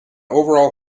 overall